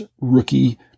rookie